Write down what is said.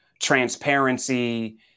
transparency